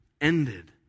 ended